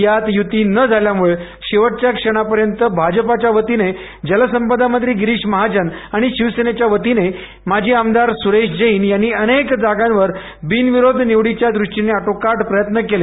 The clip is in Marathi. यात युती न झाल्यामुळे शेवटच्या क्षणापर्यंत भाजपच्यावतीने जलसंपदामंत्री गिरीश महाजन व शिवसेनेच्यावतीने माजी आमदार सुरेश जैन यांनी अनेक जागांवर बिनविरोध निवडीच्या दृष्टीने आटोकाट प्रयत्न केले